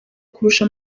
kurusha